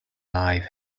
life